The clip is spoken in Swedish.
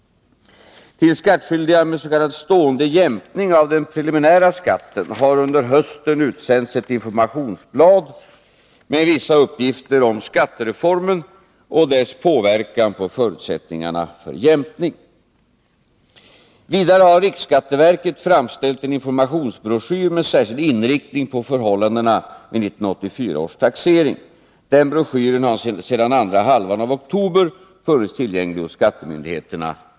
Till skattskyldiga med s.k. stående jämkning av den preliminära skatten har under hösten utsänts ett informationsblad med vissa uppgifter om skattereformen och dess påverkan på förutsättningarna för jämkning. Vidare har riksskatteverket framställt en informationsbroschyr med särskild inriktning på förhållandena vid 1984 års taxering. Denna broschyr har sedan andra halvan av oktober funnits tillgänglig hos skattemyndigheterna.